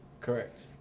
Correct